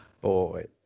boy